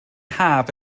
haf